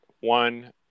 one